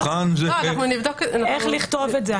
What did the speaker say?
נבחן איך לכתוב את זה.